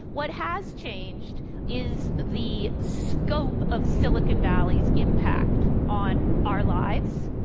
what has changed is the scope of silicon valley's impact on our lives,